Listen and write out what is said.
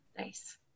Nice